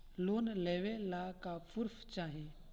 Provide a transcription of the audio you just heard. Loan लेवे ला का पुर्फ चाही?